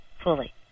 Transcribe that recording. fully